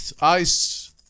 ice